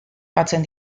batzen